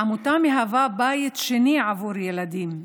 העמותה מהווה בית שני בעבור ילדים,